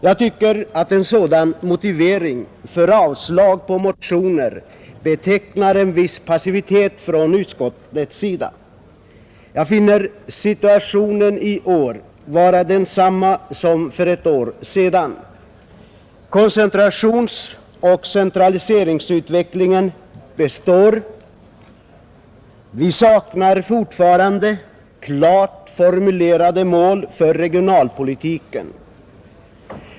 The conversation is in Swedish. Jag tycker att en sådan motivering för avslag på motioner betecknar en viss passivitet från utskottets sida. Jag finner situationen i år vara densamma som för ett år sedan. Koncentrationsoch centraliseringsutvecklingen består. Vi saknar fortfarande klart formulerade mål för regionalpolitiken.